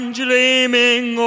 dreaming